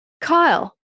Kyle